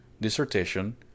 dissertation